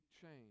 change